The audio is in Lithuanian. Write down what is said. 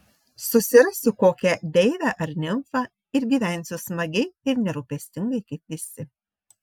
susirasiu kokią deivę ar nimfą ir gyvensiu smagiai ir nerūpestingai kaip visi